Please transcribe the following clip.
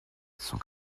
cent